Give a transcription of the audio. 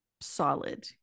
solid